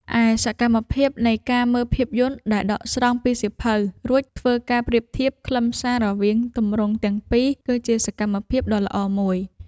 ឯសកម្មភាពនៃការមើលភាពយន្តដែលដកស្រង់ពីសៀវភៅ រួចធ្វើការប្រៀបធៀបខ្លឹមសាររវាងទម្រង់ទាំងពីរ គឺជាសកម្មភាពដែលល្អមួយ។